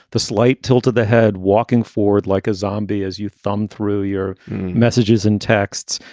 the slight tilt of the head walking forward like a zombie as you thumb through your messages and texts.